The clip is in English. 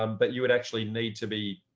um but you would actually need to be